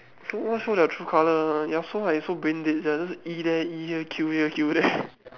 so what's all their true colour ah yasuo like so brain dead sia just E there E here Q here Q there